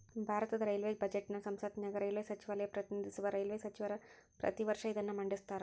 ಭಾರತದ ರೈಲ್ವೇ ಬಜೆಟ್ನ ಸಂಸತ್ತಿನ್ಯಾಗ ರೈಲ್ವೇ ಸಚಿವಾಲಯ ಪ್ರತಿನಿಧಿಸುವ ರೈಲ್ವೇ ಸಚಿವರ ಪ್ರತಿ ವರ್ಷ ಇದನ್ನ ಮಂಡಿಸ್ತಾರ